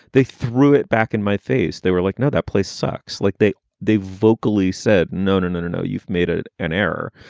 they threw it back in my face. they were like, no, that place sucks. like they they vocally said, no, no, no, no, no. you've made it an error.